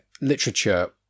literature